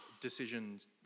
decisions